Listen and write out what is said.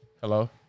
Hello